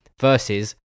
versus